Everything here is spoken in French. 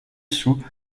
sous